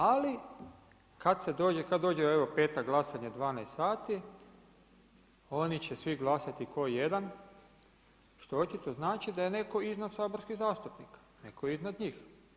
Ali, kad dođe evo petak, glasanje 12 sati, oni će svi glasati ko jedan, što očito znači da je netko iznad saborskih zastupnika, netko je iznad njih.